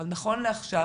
אבל נכון לעכשיו,